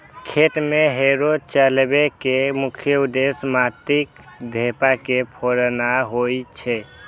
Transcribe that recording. खेत मे हैरो चलबै के मुख्य उद्देश्य माटिक ढेपा के फोड़नाय होइ छै